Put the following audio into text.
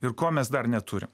ir ko mes dar neturim